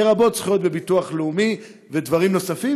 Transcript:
לרבות זכויות בביטוח לאומי ודברים נוספים,